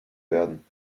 werden